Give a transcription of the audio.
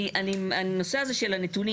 הנושא הזה של הנתונים,